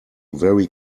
very